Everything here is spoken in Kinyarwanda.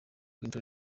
clinton